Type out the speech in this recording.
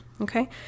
okay